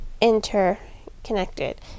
interconnected